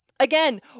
Again